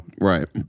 Right